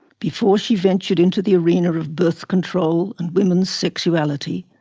before she ventured into the arena of birth control and women's sexuality,